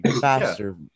faster